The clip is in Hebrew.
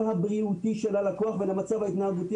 הבריאותי של הלקוח ולמצב ההתנהגותי.